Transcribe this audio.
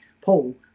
paul